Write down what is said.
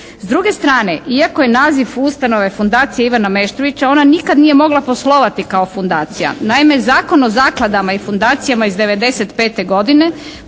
S druge strane iako je naziv ustanove fundacije Ivana Meštrovića ona nikada nije mogla poslovati kao fundacija. Naime Zakon o zakladama i fundacijama iz 95. godine,